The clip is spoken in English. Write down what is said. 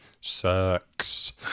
sucks